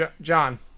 John